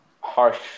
harsh